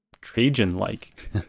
Trajan-like